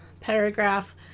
paragraph